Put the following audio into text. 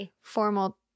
formal